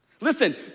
Listen